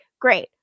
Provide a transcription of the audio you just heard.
great